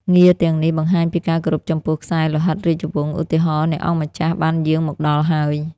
ងារទាំងនេះបង្ហាញពីការគោរពចំពោះខ្សែលោហិតរាជវង្ស ឧទាហរណ៍ អ្នកអង្គម្ចាស់បានយាងមកដល់ហើយ។